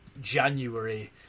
January